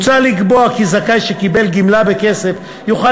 מוצע לקבוע כי זכאי שקיבל גמלה בכסף יוכל